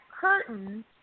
curtains